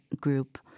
group